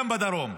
גם בדרום.